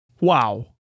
Wow